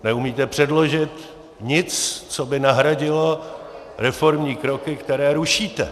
Neumíte předložit nic, co by nahradilo reformní kroky, které rušíte.